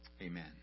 Amen